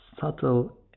subtle